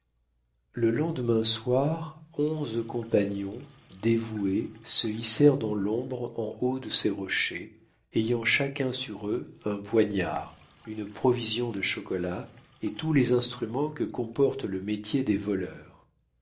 le lendemain soir onze compagnons dévoués se hissèrent dans l'ombre en haut de ces rochers ayant chacun sur eux un poignard une provision de chocolat et tous les instruments que comporte le métier des voleurs